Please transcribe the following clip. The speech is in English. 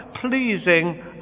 pleasing